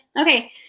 Okay